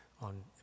on